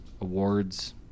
awards